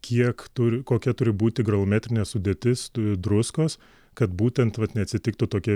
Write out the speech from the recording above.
kiek turi kokia turi būti granuliometrinė sudėtis druskos kad būtent vat neatsitiktų tokie